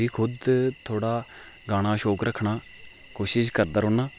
बी खुद थोह्ड़ा गाना शौक रखना कोशिश करदा रौह्ना